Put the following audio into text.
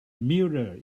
mirror